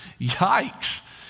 Yikes